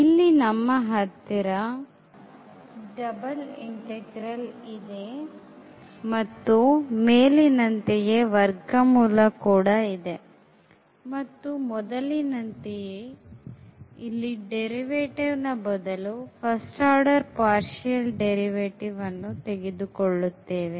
ಇಲ್ಲಿ ನಮ್ಮ ಹತ್ತಿರ double integral ಇದೆ ಮತ್ತು ಮೇಲಿನಂತೆಯೇ ವರ್ಗಮೂಲ ಇದೆ ಮತ್ತು ಮೊದಲಿನಂತೆಯೇ derivative ಬದಲು first order partial derivative ಅನ್ನು ತೆಗೆದುಕೊಳ್ಳುತ್ತೇವೆ